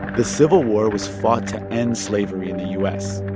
the civil war was fought to end slavery in the u s.